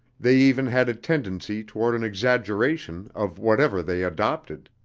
they even had a tendency toward an exaggeration of whatever they adopted.